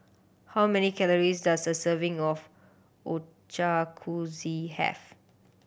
how many calories does a serving of Ochakuze have